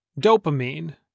Dopamine